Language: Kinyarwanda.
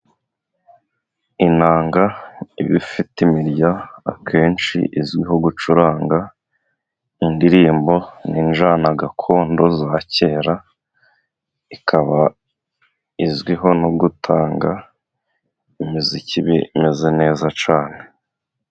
Inanga iba ifite imirya akenshi izwiho gucuranga indirimbo, n'injyana gakondo za kera. Ikaba izwiho no gutanga umuziki umeze neza cyane.